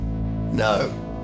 No